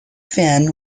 fen